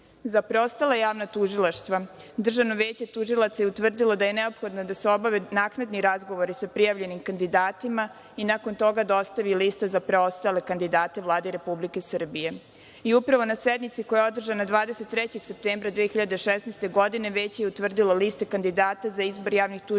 Za preostala javna tužilaštva Državno veće tužilaštva je utvrdilo da je neophodno da se obave naknadni razgovori sa prijavljenim kandidatima i nakon toga dostavi lista za preostale kandidate Vladi Republike Srbije. Upravo na sednici koja je održana 23. septembra 2016. godine Veće je utvrdilo listu kandidata za izbor javnih tužilaca